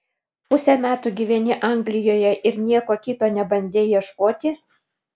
pusę metų gyveni anglijoje ir nieko kito nebandei ieškoti